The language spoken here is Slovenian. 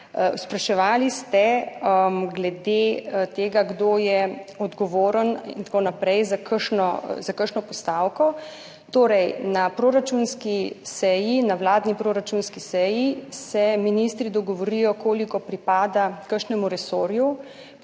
Spraševali ste glede tega, kdo je odgovoren in tako naprej za kakšno postavko. Na vladni proračunski seji se ministri dogovorijo, koliko pripada kakšnemu resorju,